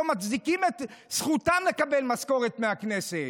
לא מצדיקים את זכותם לקבל משכורת מהכנסת.